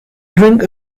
drink